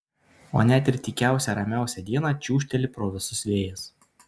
o net ir tykiausią ramiausią dieną čiūžteli pro visus vėjas